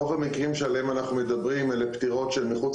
רוב המקרים שעליהם אנחנו מדברים אלה פטירות שהן מחוץ